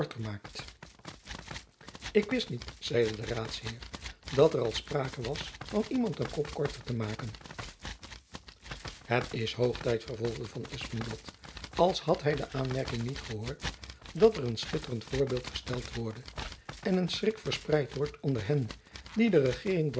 maakt ik wist niet zeide de raadsheer dat er al sprake was van iemand een kop korter te maken het is hoog tijd vervolgde van espenblad als had hy de aanmerking niet gehoord dat er een schitterend voorbeeld gesteld worde en een schrik verspreid onder hen die de regeering